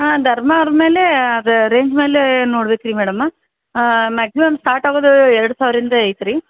ಹಾಂ ಧರ್ಮಾವರಂ ಮೇಲೆ ಅದು ರೇಂಜ್ ಮೇಲೆ ನೋಡ್ಬೇಕ್ರಿ ಮೇಡಮ್ ಮ್ಯಾಕ್ಸಿಮಮ್ ಸ್ಟಾರ್ಟ್ ಆಗೋದು ಎರ್ಡು ಸಾವಿರ ಇಂದ ಐತಿ ರೀ